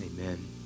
amen